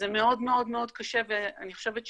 זה מאוד מאוד קשה ואני חושבת שפרופ'